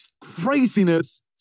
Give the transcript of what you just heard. Craziness